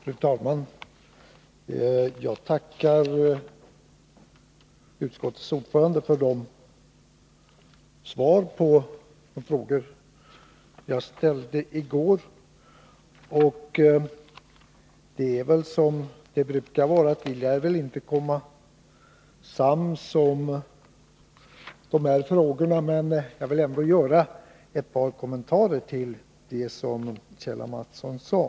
Fru talman! Jag tackar utskottets ordförande för svaren på de frågor som jag ställde i går. Vi lär väl som vanligt inte bli sams i dessa frågor, men jag vill ändå göra ett par kommentarer till det som Kjell Mattsson sade.